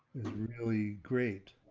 really great.